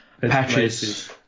patches